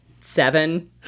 seven